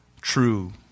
true